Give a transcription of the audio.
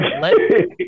Let